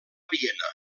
viena